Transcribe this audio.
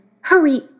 Hurry